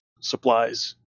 supplies